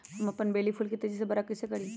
हम अपन बेली फुल के तेज़ी से बरा कईसे करी?